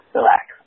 Relax